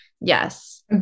Yes